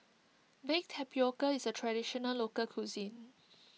Baked Tapioca is a Traditional Local Cuisine